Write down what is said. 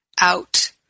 out